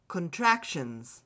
Contractions